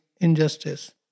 injustice